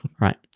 Right